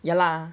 ya lah